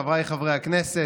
חבריי חברי הכנסת,